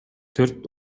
төрт